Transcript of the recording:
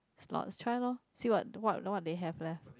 slots try loh see what what what they have left